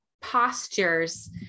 postures